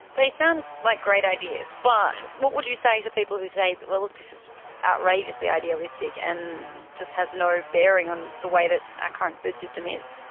they sound like great ideas, but what would you say to people who say, look, this is outrageously idealistic and just has no bearing on the way that our current food system is?